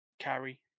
carry